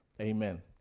Amen